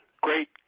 Great